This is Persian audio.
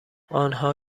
آنها